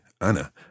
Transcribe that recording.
Anna